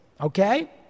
okay